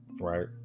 right